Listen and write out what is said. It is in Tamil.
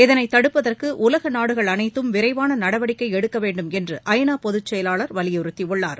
இதளை தடுப்பதற்கு உலக நாடுகள் அளைத்தும் விரைவான நடவடிக்கை எடுக்க வேண்டும் என்று ஐ நா பொதுச் செயலாளர் வலியுறுத்தியுள்ளார்